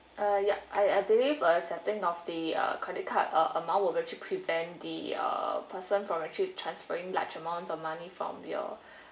uh yup I I believe uh setting of the uh credit card uh amount will actually prevent the uh person from actually transferring large amounts of money from your